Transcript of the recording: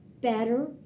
better